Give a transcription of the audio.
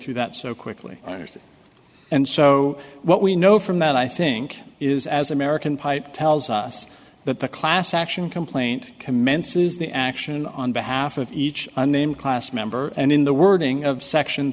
through that so quickly and so what we know from that i think is as american pipe tells us that the class action complaint commences the action on behalf of each unnamed class member and in the wording of section